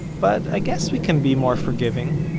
but i guess we can be more forgiving.